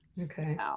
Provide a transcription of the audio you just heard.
Okay